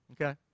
Okay